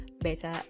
better